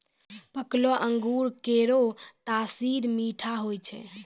पकलो अंगूर केरो तासीर मीठा होय छै